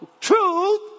Truth